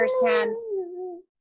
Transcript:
firsthand